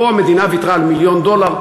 פה המדינה ויתרה על מיליון דולר,